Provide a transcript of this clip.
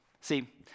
see